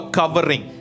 covering